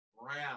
round